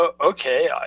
okay